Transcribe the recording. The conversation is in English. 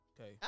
Okay